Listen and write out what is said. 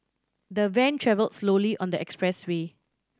the van travelled slowly on the expressway